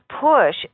push